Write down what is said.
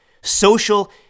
social